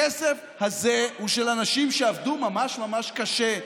הכסף הזה הוא של אנשים שעבדו ממש ממש קשה,